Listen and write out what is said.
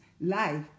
life